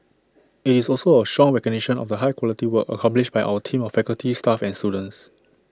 IT is also A strong recognition of the high quality work accomplished by our team of faculty staff and students